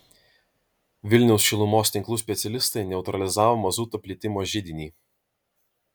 vilniaus šilumos tinklų specialistai neutralizavo mazuto plitimo židinį